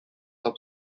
help